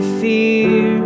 fear